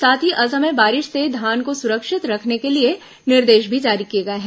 साथ ही असमय बारिश से धान को सुरक्षित रखने के लिए निर्देश भी जारी किए गए हैं